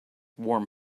warm